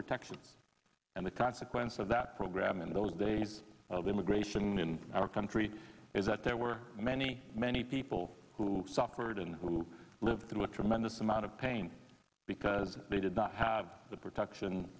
protection and the consequence of that program in those days of immigration in our country is that there were many many people who suffered and who lived in a tremendous amount of pain because they did not have the protection